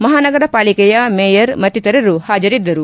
ಮಹಾನಗರ ಪಾಲಿಕೆಯ ಮೇಯರ್ ಮತ್ತಿತರರು ಹಾಜರಿದ್ದರು